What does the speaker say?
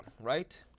right